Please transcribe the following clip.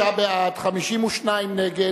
36 בעד, 52 נגד,